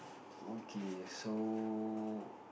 okay so